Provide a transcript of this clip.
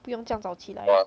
不用这样早起来